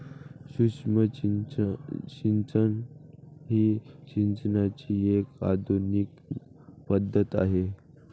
सूक्ष्म सिंचन ही सिंचनाची एक आधुनिक पद्धत आहे